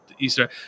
Easter